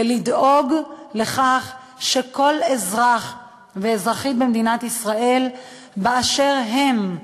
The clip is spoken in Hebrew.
ולדאוג לכך שכל אזרח ואזרחית במדינת ישראל באשר הם,